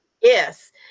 yes